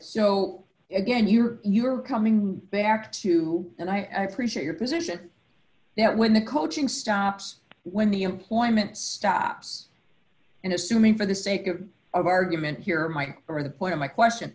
so again you're you are coming back to and i appreciate your position that when the coaching stops when the employment stops and assuming for the sake of argument here my or the point of my question